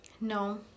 No